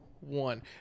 one